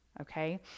Okay